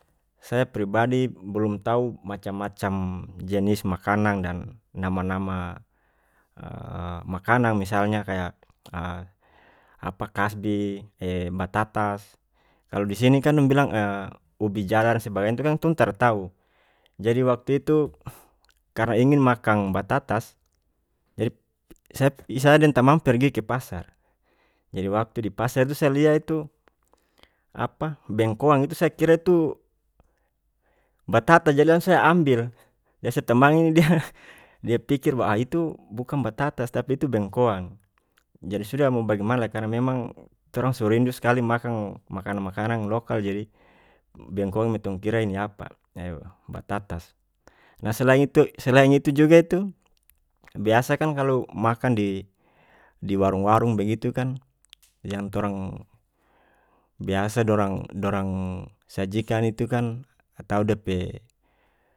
Saya pribadi bolom tau macam macam jenis makanang dan nama nama makanang misalnya kaya apa kasbi batatas kalu di sini kan dong bilang ubi jalar sebagian itu kan tong tara tau jadi waktu itu karena ingin makang batatas jadi saya-saya deng tamang pergi ke pasar jadi wakti di pasar itu saya lia itu apa bengkoang itu saya kira itu batata jadi langsung saya ambil jadi saya pe tamang ini dia dia pikir bahwa ah itu bukang batatas tapi itu bengkoang jadi sudah mo bagimana lagi karena memang torang so rindu skali makang makanang makanang lokal jadi bengkoang me tong kira ini apa batatas nah selain itu-selain itu juga itu biasa kan kalu makang di-di warung warung begitu kan yang torang biasa dorang-dorang sajikan itu kan atau dia pe.